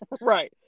Right